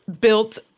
built